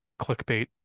clickbait